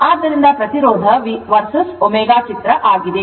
ಆದ್ದರಿಂದ ಇದು ಪ್ರತಿರೋಧ vs ω ಚಿತ್ರ ಆಗಿದೆ